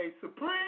supreme